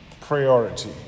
Priority